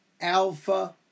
alpha